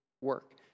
work